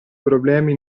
problemi